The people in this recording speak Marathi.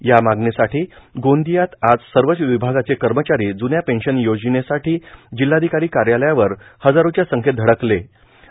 या मागणीसाठी गोंदियात आज सर्वच विभागाचे कर्मचारी जुन्या पेन्शन योजनेसाठी जिल्हाधिकारी कार्यलयावर हजारोच्या संखेत धडकले होते